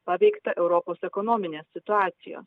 paveiktą europos ekonominę situaciją